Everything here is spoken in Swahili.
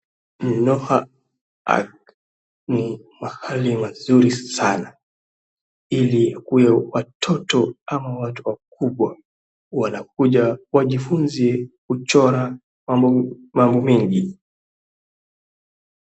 Ni Noah ark. Ni mahali mazuri sana ili huyo watoto ama watu wakubwa wanakuja wajifunze kuchora mambo mengi.